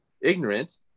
ignorant